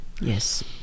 Yes